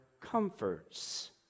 comforts